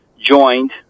joined